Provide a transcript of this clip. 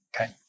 Okay